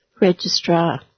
registrar